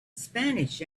spanish